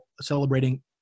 celebrating